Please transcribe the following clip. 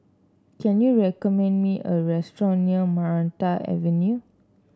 can you recommend me a restaurant near Maranta Avenue